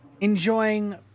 enjoying